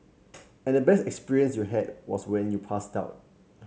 and the best experience you had was when you passed out